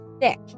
thick